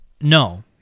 No